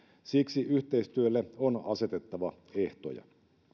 siksi yhteistyölle on asetettava ehtoja